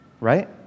right